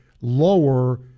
lower